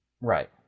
Right